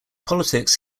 politics